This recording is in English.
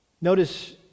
Notice